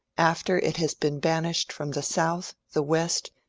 after it has been ban ished from the south, the west,